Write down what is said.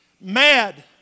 mad